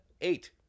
eight